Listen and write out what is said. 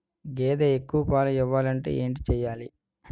గేదె ఎక్కువ పాలు ఇవ్వాలంటే ఏంటి చెయాలి?